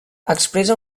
expressa